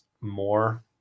more